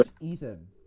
Ethan